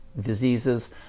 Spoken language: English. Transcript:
diseases